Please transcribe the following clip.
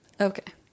Okay